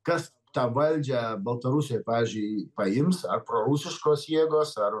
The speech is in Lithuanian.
kas tą valdžią baltarusijoj pavyzdžiui paims ar prorusiškos jėgos ar